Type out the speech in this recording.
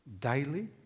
daily